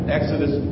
Exodus